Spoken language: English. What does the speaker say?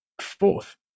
fourth